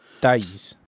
Days